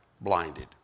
blinded